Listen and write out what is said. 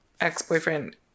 ex-boyfriend